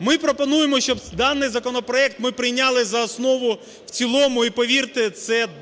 Ми пропонуємо, щоб даний законопроект ми прийняли за основу, в цілому, і, повірте,